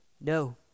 No